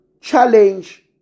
challenge